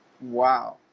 wow